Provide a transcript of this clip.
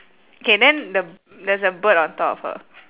K then the there's a bird on top of her